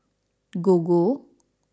Gogo